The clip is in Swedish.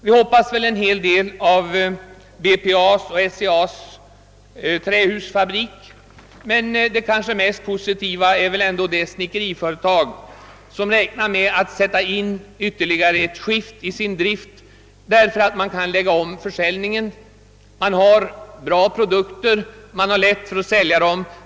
Vi hoppas en hel del av BPA:s och SCA:s trähusfabrik, men det kanske mest positiva är väl ändå det snickeriföretag som räknar med att sätta in ytterligare ett skift i sin drift tack vare att man kan lägga om försäljningen; man har bra produkter och man har lätt för att sälja dem.